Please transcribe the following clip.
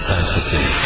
Fantasy